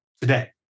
today